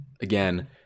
Again